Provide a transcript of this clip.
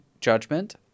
judgment